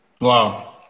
wow